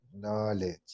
knowledge